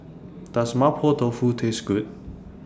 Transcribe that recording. Does Mapo Tofu Taste Good